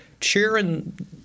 cheering